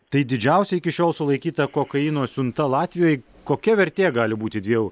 tai didžiausia iki šiol sulaikyta kokaino siunta latvijoj kokia vertė gali būti dviejų